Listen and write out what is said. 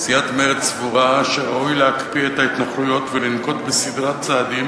סיעת מרצ סבורה שראוי להקפיא את ההתנחלויות ולנקוט סדרת צעדים